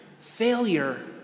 Failure